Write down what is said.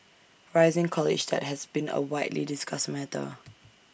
rising college debt has been A widely discussed matter